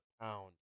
pound